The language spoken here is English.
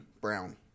Brown